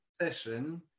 session